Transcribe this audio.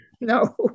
No